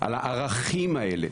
על הערכים האלה.